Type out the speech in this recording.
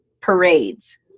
parades